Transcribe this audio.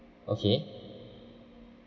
okay